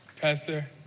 Pastor